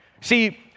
See